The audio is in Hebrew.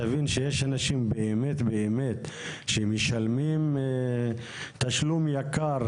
תבין שיש אנשים שהם באמת באמת משלמים תשלום יקר,